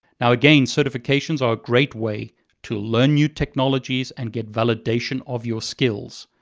now again, certifications are a great way to learn new technologies and get validation of your skills.